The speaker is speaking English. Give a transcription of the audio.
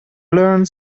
learned